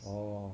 oh